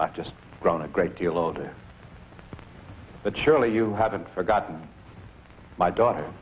i just run a great deal older but surely you haven't forgotten my daughter